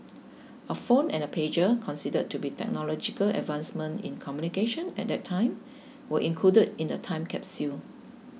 a phone and pager considered to be technological advancements in communication at that time were included in the time capsule